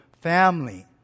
family